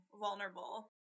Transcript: vulnerable